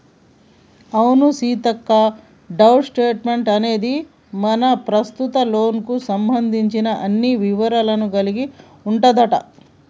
అవును సీతక్క డోంట్ స్టేట్మెంట్ అనేది మన ప్రస్తుత లోన్ కు సంబంధించిన అన్ని వివరాలను కలిగి ఉంటదంట